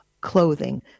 clothing